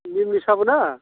निमनि साबुना